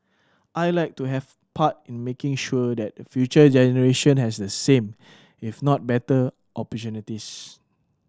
I'd like to have part in making sure that the future generation has the same if not better opportunities